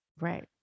Right